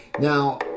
Now